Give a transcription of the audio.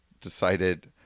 decided